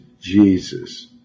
Jesus